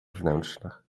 wnętrzach